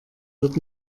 wird